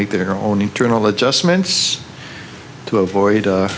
make their own internal adjustments to avoid